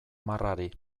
marrari